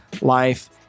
life